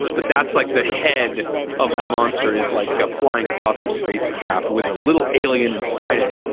but that's like the head of the monster is like a flying saucer spacecraft with a little alien inside it.